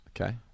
Okay